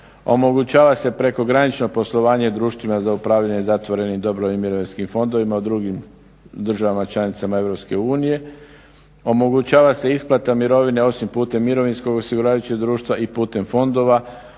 omogućava se prekogranično poslovanje društvima za upravljanje zatvorenim i dobrovoljnim mirovinskim fondovima u drugim državama članicama EU. Omogućava se isplata mirovine osim putem mirovinskog osiguravajućeg društva i putem fondova